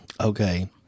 Okay